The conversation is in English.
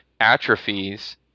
atrophies